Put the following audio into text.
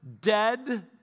dead